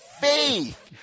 faith